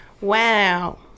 Wow